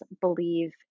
believe